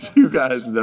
you guys know.